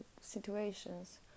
situations